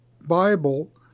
Bible